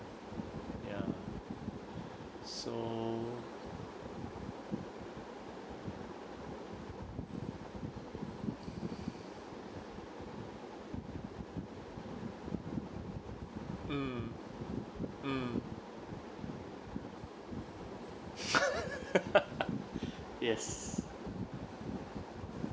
ya so mm mm yes